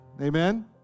Amen